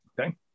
okay